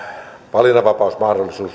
valinnanvapausmahdollisuus